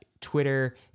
twitter